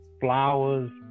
flowers